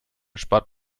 spart